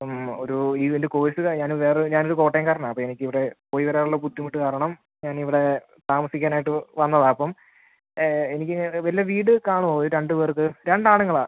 ഒന്ന് ഒരു ഇതിൻ്റെ കോഴ്സ് കയി ഞാൻ വേറെ ഞാനൊരു കോട്ടയംകാരനാണ് അപ്പോൾ എനിക്കിവിടെ പോയി വരാനുള്ള ബുദ്ധിമുട്ട് കാരണം ഞാനിവിടെ താമസിക്കാനായിട്ട് വന്നതാപ്പം എനിക്ക് വല്ല വീട് കാണുമോ രണ്ട് പേർക്ക് രണ്ടാണുങ്ങളാണ്